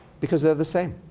because they're the same.